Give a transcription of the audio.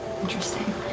Interesting